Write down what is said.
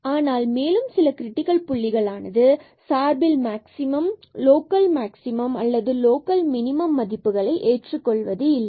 ஆனால் மேலும் சில கிரிடிக்கல் புள்ளிகள் ஆனது சார்பில் மேக்சிமம் லோக்கல் மேக்ஸிமம் அல்லது லோக்கல் மினிமம் மதிப்புகளை ஏற்றுக்கொள்வது இல்லை